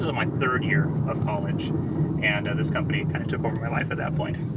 ah my third year of college and this company kind of took over my life at that point.